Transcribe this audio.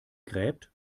gräbt